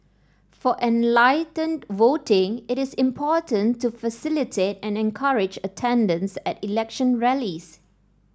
for enlightened voting it is important to facilitate and encourage attendance at election rallies